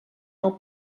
del